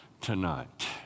tonight